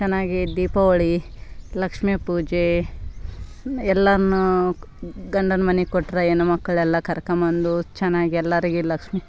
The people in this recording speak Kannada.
ಚೆನ್ನಾಗಿ ದೀಪಾವಳಿ ಲಕ್ಷ್ಮಿ ಪೂಜೆ ಎಲ್ಲವೂ ಗಂಡನ ಮನೆ ಕೊಟ್ರ ಹೆಣ್ಣು ಮಕ್ಳು ಎಲ್ಲ ಕರೆಕೊಂಬಂದು ಚೆನ್ನಾಗಿ ಎಲ್ಲರಿಗೆ ಲಕ್ಷ್ಮಿ